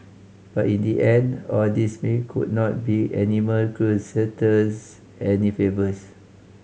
but in the end all this may could not be animal crusaders any favours